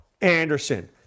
Anderson